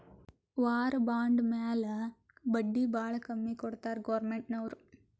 war bond ಮ್ಯಾಲ ಬಡ್ಡಿ ಭಾಳ ಕಮ್ಮಿ ಕೊಡ್ತಾರ್ ಗೌರ್ಮೆಂಟ್ನವ್ರು